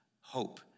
hope